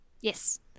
Yes